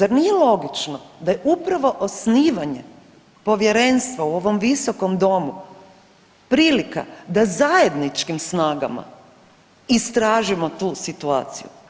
Jer za nije logično da je upravo osnivanje povjerenstva u ovom visokom domu prilika da zajedničkim snagama istražimo tu situaciju.